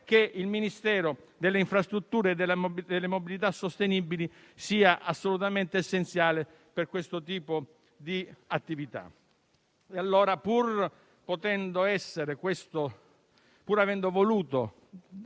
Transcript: che il Ministero delle infrastrutture e della mobilità sostenibile sia assolutamente essenziale per questo tipo di attività. Allora, pur avendo voluto